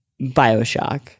bioshock